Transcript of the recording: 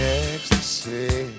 ecstasy